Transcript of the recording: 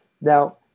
Now